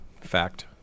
fact